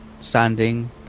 standing